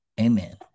Amen